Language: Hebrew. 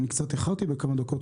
אני קצת איחרתי בכמה דקות,